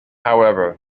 however